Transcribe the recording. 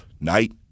night